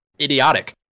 idiotic